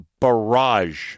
barrage